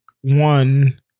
One